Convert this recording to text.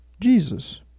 Jesus